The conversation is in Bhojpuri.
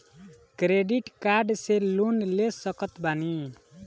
क्रेडिट कार्ड से लोन ले सकत बानी?